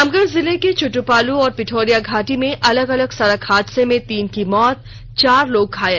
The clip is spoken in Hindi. रामगढ़ जिले के चुटूपालू और पिठौरिया घाटी में अलग अलग सड़क हादसे में तीन की मौत चार लोग घायल